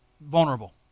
vulnerable